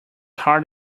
hard